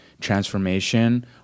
transformation